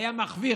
היה מחוויר,